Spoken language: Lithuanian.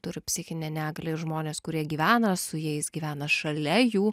turi psichinę negalią ir žmones kurie gyvena su jais gyvena šalia jų